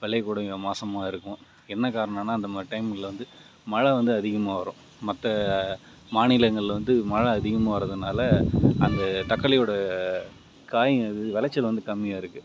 விளையக்கூடிய மாதமா இருக்கும் என்ன காரணமுன்னா அந்த மாதிரி டைமில் வந்து மழை வந்து அதிகமாக வரும் மற்ற மாநிலங்களில் வந்து மழ அதிகமாக வர்றதினால அந்த தக்காளியோட காய் விளைச்சல் வந்து கம்மியாக இருக்குது